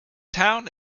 town